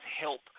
help